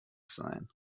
sein